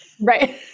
Right